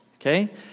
okay